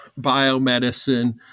biomedicine